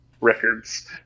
records